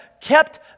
kept